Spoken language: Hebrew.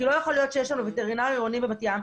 כי לא יכול להיות שיש לנו וטרינר עירוני בבת ים,